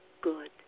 good